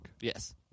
Yes